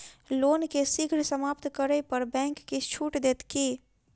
loan केँ शीघ्र समाप्त करै पर बैंक किछ छुट देत की